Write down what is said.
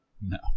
no